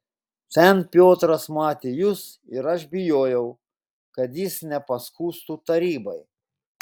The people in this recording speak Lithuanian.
ten piotras matė jus ir aš bijojau kad jis nepaskųstų tarybai